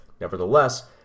Nevertheless